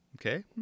Okay